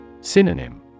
Synonym